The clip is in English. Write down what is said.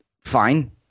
fine